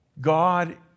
God